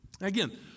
Again